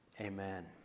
Amen